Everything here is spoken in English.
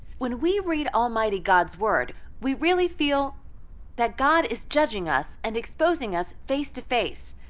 when we read almighty god's word, we really feel that god is judging us and exposing us face-to-face.